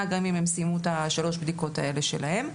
גם אם הם סיימו את שלוש הבדיקות האלה שלהם.